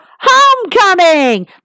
Homecoming